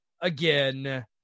again